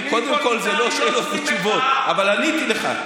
קודם כול זה לא שאלות ותשובות, אבל עניתי לך.